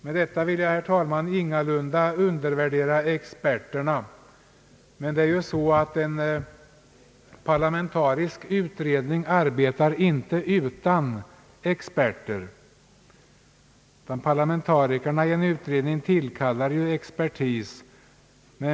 Med det sagda vill jag, herr talman, ingalunda undervärdera experterna, men det bör framhållas att en parlamenta risk utredning ju inte arbetar utan experter. Parlamentarikerna i en utredning tillkallar expertis.